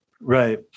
Right